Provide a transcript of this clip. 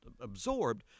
absorbed